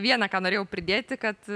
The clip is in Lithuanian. viena ką norėjau pridėti kad